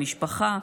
למשפחה,